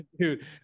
dude